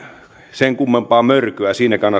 sen kummempaa mörköä siinäkään